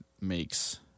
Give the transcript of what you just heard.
makes